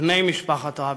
בני משפחת רבין,